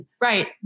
Right